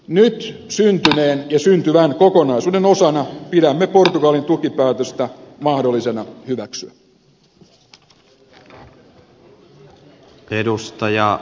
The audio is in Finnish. nyt syntyneen ja syntyvän kokonaisuuden osana pidämme portugalin tukipäätöstä mahdollisena hyväksyä